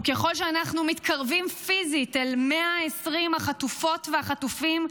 וככל שאנחנו מתקרבים פיזית אל 120 החטופות והחטופים,